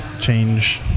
change